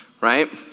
right